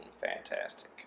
Fantastic